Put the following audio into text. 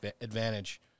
advantage